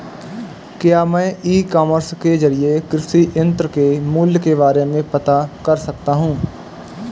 क्या मैं e commerce के ज़रिए कृषि यंत्र के मूल्य के बारे में पता कर सकता हूँ?